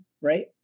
right